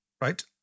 right